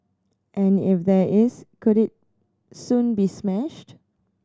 and if there is could it soon be smashed